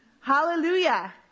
Hallelujah